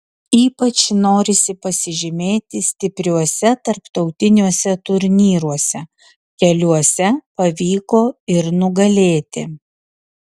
ypač norisi pasižymėti stipriuose tarptautiniuose turnyruose keliuose pavyko ir nugalėti